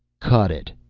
cut it!